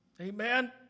Amen